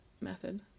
method